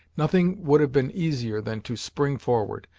nothing would have been easier than to spring forward,